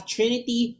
Trinity